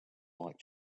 like